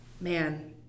Man